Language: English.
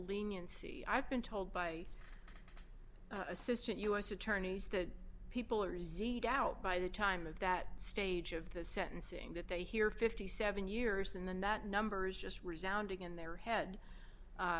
leniency i've been told by assistant u s attorneys that people are zied out by the time of that stage of the sentencing that they hear fifty seven years and then that numbers just resoundingly in their head